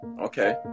Okay